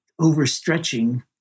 overstretching